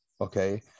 Okay